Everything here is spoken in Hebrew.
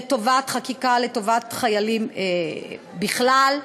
חקיקה, לטובת חיילים בכלל,